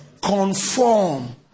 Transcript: conform